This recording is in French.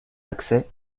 accès